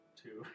two